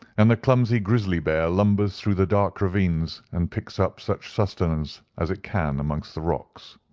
and the clumsy grizzly bear lumbers through the dark ravines, and picks up such sustenance as it can amongst the rocks.